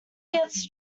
gets